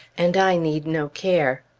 and i need no care.